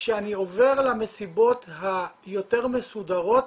כשאני עובר למסיבות היותר מסודרות